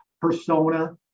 persona